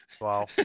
Wow